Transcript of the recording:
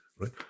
right